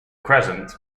crescent